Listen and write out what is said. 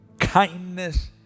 kindness